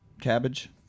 cabbage